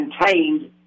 contained